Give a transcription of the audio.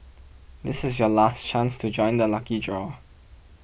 this is your last chance to join the lucky draw